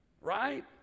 right